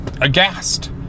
aghast